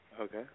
Okay